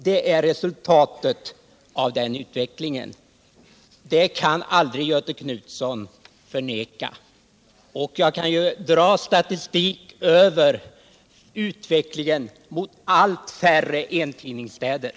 Det är resultatet av den åtgärden. Det kan Göthe Knutson aldrig förneka. Det finns statistik som visar utvecklingen mot allt färre flertidningsstäder.